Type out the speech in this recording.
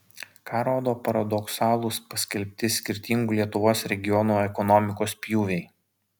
ką rodo paradoksalūs paskelbti skirtingų lietuvos regionų ekonomikos pjūviai